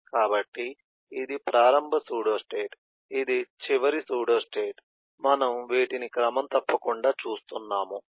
కాబట్టి ఇది ప్రారంభ సూడోస్టేట్ ఇది చివరి సూడోస్టేట్ మనం వీటిని క్రమం తప్పకుండా చూస్తున్నాం